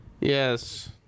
Yes